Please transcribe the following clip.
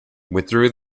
withdrew